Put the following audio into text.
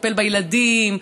לטפל בילדים,